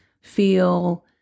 feel